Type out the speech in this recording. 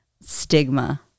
stigma